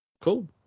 Cool